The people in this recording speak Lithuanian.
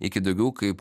iki daugiau kaip